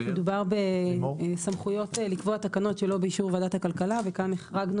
מדובר בסמכויות לקבוע תקנות שלא באישור ועדת הכלכלה וכאן החרגנו